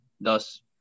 Thus